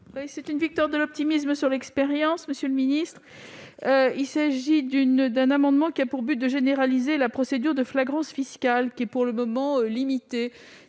est une victoire de l'optimisme sur l'expérience, monsieur le ministre. Il a pour objet de généraliser la procédure de flagrance fiscale qui est, pour le moment, limitée.